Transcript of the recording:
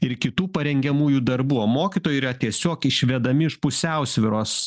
ir kitų parengiamųjų darbų o mokytojai yra tiesiog išvedami iš pusiausvyros